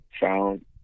found